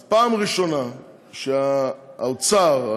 אז פעם ראשונה שמשרד האוצר,